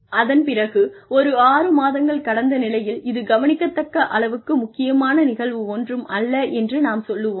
ஆனால் அதன் பிறகு ஒரு ஆறு மாதங்கள் கடந்த நிலையில் இது கவனிக்கத்தக்க அளவுக்கு முக்கியமான நிகழ்வு ஒன்றும் அல்ல என்று நாம் சொல்வோம்